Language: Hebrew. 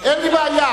אין לי בעיה,